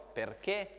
perché